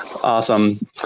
Awesome